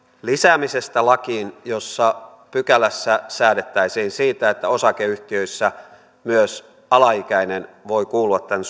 lisäämisestä lakiin jossa pykälässä säädettäisiin siitä että osakeyhtiöissä myös alaikäinen voi kuulua tämän